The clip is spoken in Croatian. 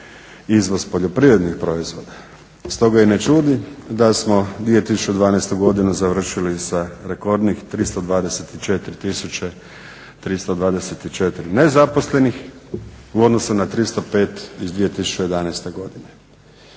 izvoz poljoprivrednih proizvoda. Stoga i ne čudi da smo 2012. godinu završili sa rekordnih 324 tisuće 324 nezaposlenih u odnosu na 305 iz 2011. godine.